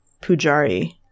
Pujari